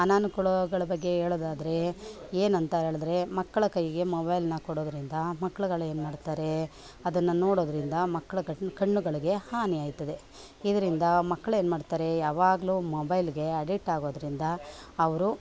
ಅನಾನುಕೂಲಗಳ ಬಗ್ಗೆ ಹೇಳೋದಾದರೆ ಏನಂತ ಹೇಳಿದರೆ ಮಕ್ಕಳ ಕೈಗೆ ಮೊಬೈಲನ್ನ ಕೊಡೋದರಿಂದ ಮಕ್ಳುಗಳು ಏನು ಮಾಡ್ತಾರೆ ಅದನ್ನು ನೋಡೋದರಿಂದ ಮಕ್ಳು ಕಣ್ಣುಗಳಿಗೆ ಹಾನಿ ಆಯ್ತದೆ ಇದರಿಂದ ಮಕ್ಳು ಏನು ಮಾಡ್ತಾರೆ ಯಾವಾಗಲೂ ಮೊಬೈಲ್ಗೆ ಅಡಿಟ್ ಆಗೋದರಿಂದ ಅವರು